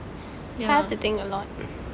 ya